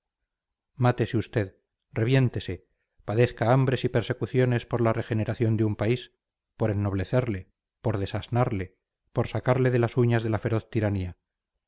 mátese usted reviéntese padezca hambres y persecuciones por la regeneración de un país por ennoblecerle por desasnarle por sacarle de las uñas de la feroz tiranía